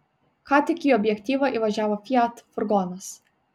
ką tik į objektą įvažiavo fiat furgonas